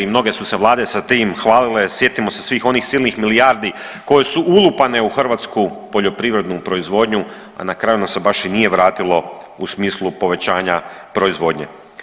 Mnoge su se vlade sa tim hvalile, sjetimo se svih onih silnih milijardi koje su ulupane u hrvatsku poljoprivrednu proizvodnju, a na kraju nam se baš i nije vratilo u smislu povećanja proizvodnje.